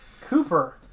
Cooper